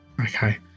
Okay